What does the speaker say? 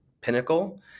Pinnacle